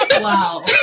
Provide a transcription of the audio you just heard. Wow